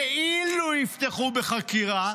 כאילו יפתחו בחקירה,